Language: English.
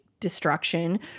destruction